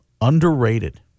underrated